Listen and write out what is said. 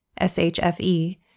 SHFE